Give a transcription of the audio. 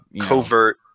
covert